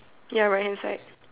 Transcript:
ya right hand side